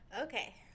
Okay